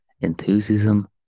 enthusiasm